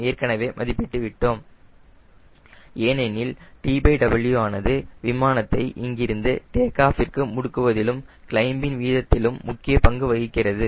ஏனெனில் TW ஆனது விமானத்தை இங்கிருந்து டேக் ஆஃப்ற்கு முடுக்குவதிலும் க்ளைம்பின் விதத்திலும் முக்கிய பங்கு வகிக்கிறது